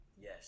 yes